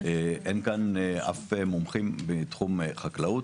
אין כאן אף מומחה בתחום חקלאות.